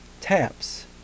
taps